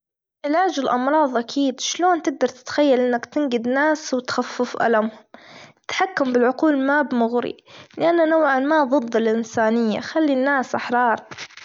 علاج الأمراض أكيد إيش لون تجدر تتخيل أنك تنجد ناس وتخفف الآمهم، تحكم بالعقول ما بمغري لأن نوعًا ما ظد الإنسانية خلي الناس أحرار.